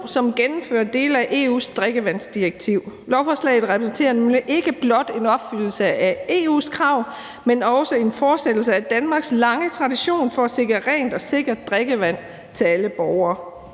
som gennemfører dele af EU's drikkevandsdirektiv. Lovforslaget repræsenterer nemlig ikke blot en opfyldelse af EU's krav, men også en fortsættelse af Danmarks lange tradition for at sikre rent og sikkert drikkevand til alle borgere.